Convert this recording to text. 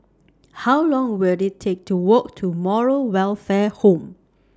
How Long Will IT Take to Walk to Moral Welfare Home